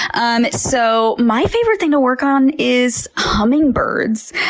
um so my favorite thing to work on is hummingbirds.